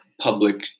public